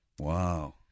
Wow